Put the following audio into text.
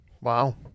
wow